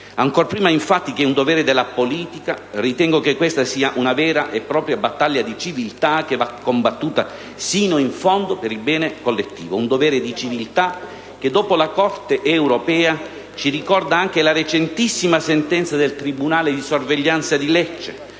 Ancor prima, infatti, che un dovere della politica, ritengo che questa sia una vera e propria battaglia di civiltà che va combattuta fino in fondo per il bene collettivo. Un dovere di civiltà che, dopo la Corte di giustizia europea ci ricorda anche la recentissima sentenza del tribunale di sorveglianza di Lecce,